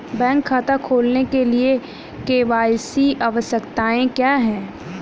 Bank खाता खोलने के लिए के.वाई.सी आवश्यकताएं क्या हैं?